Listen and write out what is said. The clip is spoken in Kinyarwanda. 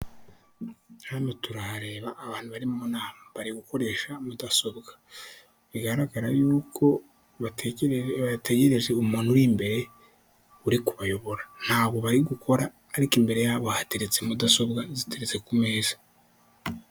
Hano turahareba abantu bari mu inama, bari gukoresha mudasobwa, bigaragara y'uko bategereje bategereje umuntu uri imbere uri kubayobora, ntago bari gukora, ariko imbere yabo hateretse mudasobwa ziteretse ku meza.